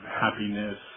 happiness